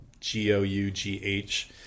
G-O-U-G-H